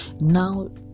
now